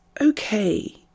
okay